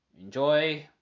enjoy